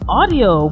audio